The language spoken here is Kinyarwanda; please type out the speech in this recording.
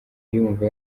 yumva